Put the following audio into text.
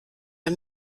der